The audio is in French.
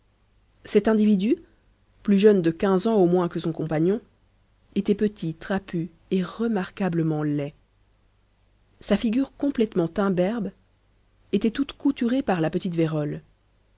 cet individu plus jeune de quinze ans au moins que son compagnon était petit trapu et remarquablement laid sa figure complètement imberbe était toute couturée par la petite vérole